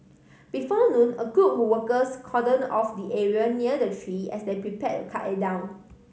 before noon a group of workers cordon off the area near the tree as they prepared to cut it down